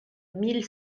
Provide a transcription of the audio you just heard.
mille